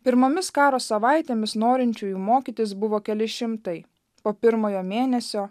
pirmomis karo savaitėmis norinčiųjų mokytis buvo keli šimtai po pirmojo mėnesio